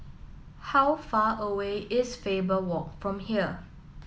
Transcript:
how far away is Faber Walk from here